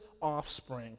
offspring